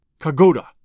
kagoda